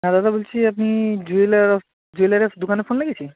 হ্যাঁ দাদা বলছি আপনি জুয়েলার অফ জুয়েলার্স দোকানে ফোন লাগিয়েছি